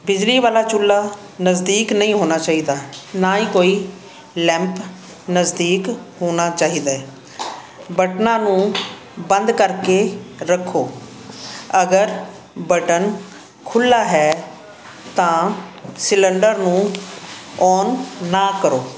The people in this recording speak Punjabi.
ਬਿਜਲੀ ਵਾਲਾ ਚੁੱਲ੍ਹਾ ਨਜ਼ਦੀਕ ਨਹੀਂ ਹੋਣਾ ਚਾਹੀਦਾ ਨਾ ਹੀ ਕੋਈ ਲੈਂਪ ਨਜ਼ਦੀਕ ਹੋਣਾ ਚਾਹੀਦਾ ਹੈ ਬਟਨਾਂ ਨੂੰ ਬੰਦ ਕਰਕੇ ਰੱਖੋ ਅਗਰ ਬਟਨ ਖੁੱਲ੍ਹਾ ਹੈ ਤਾਂ ਸਿਲੰਡਰ ਨੂੰ ਓਨ ਨਾ ਕਰੋ